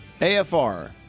AFR